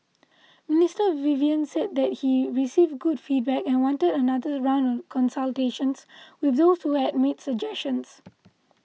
Mister Vivian said that he received good feedback and wanted another round of consultations with those who had made suggestions